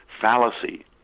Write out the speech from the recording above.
fallacy